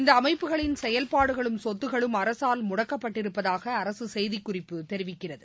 இந்த அமைப்புகளின் செயல்பாடுகளும் சொத்துகளும் அரசால் முடக்கப்பட்டிருப்பதாக அரசு செய்திக்குறிப்பு தெரிவிக்கிறது